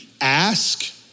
ask